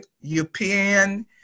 European